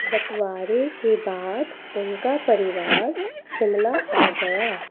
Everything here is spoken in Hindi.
बँटवारे के बाद उनका परिवार शिमला आ गया